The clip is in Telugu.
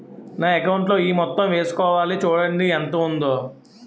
నా అకౌంటులో ఈ మొత్తం ఏసుకోవాలి చూడండి ఎంత ఉందో